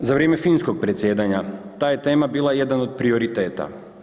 Za vrijeme finskog predsjedanja ta je tema bila jedan od prioriteta.